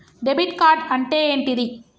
Debit card అంటే ఏంటిది?